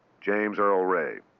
james earl ray.